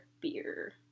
beer